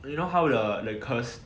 you know how the the curse